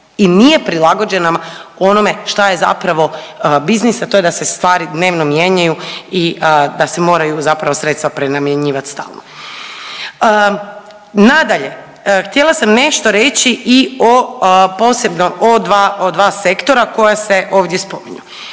i nije prilagođena onome šta je zapravo biznis, a to je da stvari dnevno mijenjaju i da se moraju zapravo sredstva prenamjenjivati stalno. Nadalje, htjela sam nešto reći i o posebno o dva sektora koja se ovdje spominju.